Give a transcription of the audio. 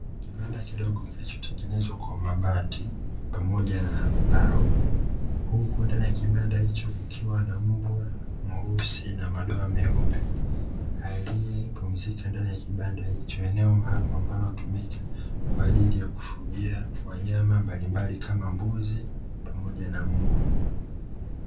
Kiwanda kidogo kilicho tengenezwa kwa mabati pamoja na mbao, huku ndani ya kibanda hicho kukiwa na mbwa mweusi na madoa meupe, aliyepumzika ndani ya kibanda hicho eneo maalumu ambalo hutumika kwa ajili ya kufugia wanyama mbalimbali kama mbuzi pamoja na mbwa.